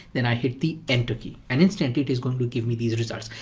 then i hit the enter key and instantly it is going to give me these results.